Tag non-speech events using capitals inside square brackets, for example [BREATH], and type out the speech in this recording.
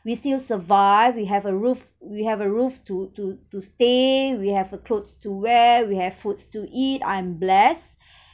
we still survive we have a roof we have a roof to to to stay we have a clothes to wear we have foods to eat I'm blessed [BREATH]